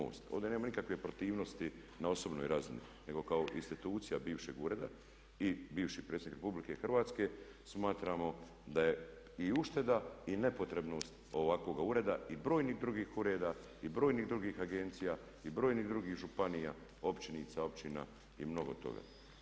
Ovdje nema nikakve protivnosti na osobnoj razini nego kao institucija bivšeg ureda i bivši predsjednik RH smatramo da je i ušteda i nepotrebnost ovakvoga ureda i brojnih drugih ureda i brojnih drugih agencija i brojnih drugih županija, općinica i mnogo toga.